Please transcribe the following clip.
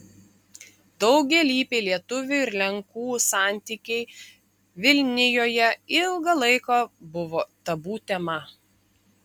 daugialypiai lietuvių ir lenkų santykiai vilnijoje ilgą laiką buvo tabu tema